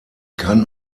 kann